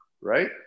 right